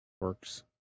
works